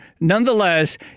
nonetheless